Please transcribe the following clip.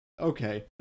Okay